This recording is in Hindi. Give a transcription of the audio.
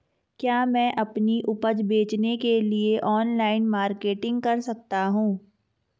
क्या मैं अपनी उपज बेचने के लिए ऑनलाइन मार्केटिंग कर सकता हूँ?